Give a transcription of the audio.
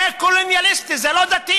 זה קולוניאליסטי, זה לא דתי.